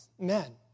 men